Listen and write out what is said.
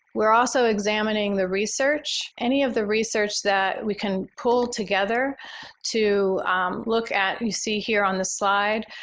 we're also examining the research, any of the research that we can pull together to look at, you see here on the slide,